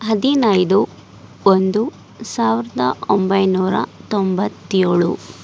ಹದಿನೈದು ಒಂದು ಸಾವಿರದ ಒಂಬೈನೂರ ತೊಂಬತ್ತೇಳು